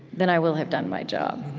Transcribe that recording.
then i will have done my job.